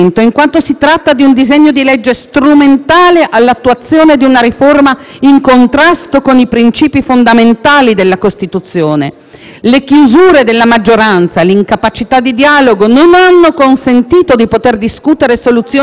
Le chiusure della maggioranza e l'incapacità di dialogo non hanno consentito di poter discutere soluzioni organiche, per ridefinire gli equilibri della Carta, ma nemmeno un confronto su quei correttivi, che avrebbero evitato l'effetto